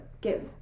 give